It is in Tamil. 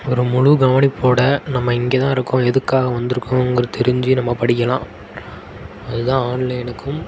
ஒரு முழு கவனிப்போடு நம்ம இங்கே தான் இருக்கோம் எதுக்காக வந்திருக்கறோங்கிற தெரிஞ்சு நம்ம படிக்கலாம் அது தான் ஆன்லைனுக்கும்